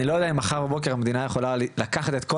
אני לא יודע אם מחר בבוקר המדינה יכולה לקחת את כל